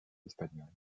espagnole